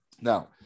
Now